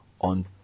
on